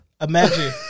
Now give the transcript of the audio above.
Imagine